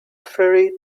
ferry